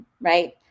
right